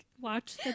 watch